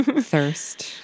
thirst